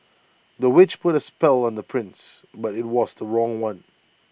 the witch put A spell on the prince but IT was the wrong one